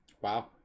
Wow